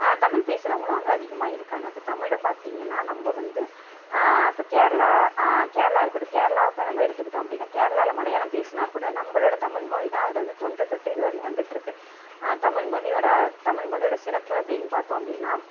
தமிழ் பேசுகிறவங்களும் அங்கே அதிகமாக இருக்காங்க இப்போ தமிழை பார்த்திங்கன்னா நம்ம வந்து இப்போ கேரளா கேரளா இருக்கட்டும் கேரளாவை இப்போ நம்ம எடுத்துக்கிட்டோம் அப்படினா கேரளாவில் மலையாளம் பேசினா கூட நம்மளோட தமிழ்மொழி தான் அதில் வந்து தொன்று தொட்டு இது வரையும் வந்துட்டுருக்கு தமிழ்மொழியோடய தமிழ்மொழியோடய சிறப்பு அப்படின்னு பார்த்தோம் அப்படினா